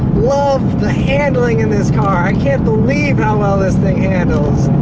love the handling in this car. i can't believe how well this thing handles.